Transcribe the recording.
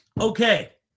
Okay